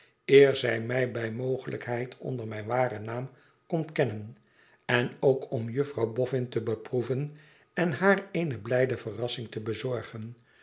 eer zij mij bij mogelijkheid onder mijn waren naan kon kennen en ook om juffrouw boffin te beproeven en haar eene blijde verrassing te bezorgen